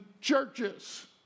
churches